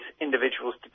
individuals